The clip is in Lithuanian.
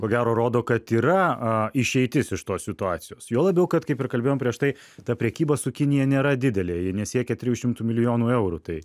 ko gero rodo kad yra a išeitis iš tos situacijos juo labiau kad kaip ir kalbėjom prieš tai ta prekyba su kinija nėra didelė ji nesiekia trijų šimtų milijonų eurų tai